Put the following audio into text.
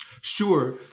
Sure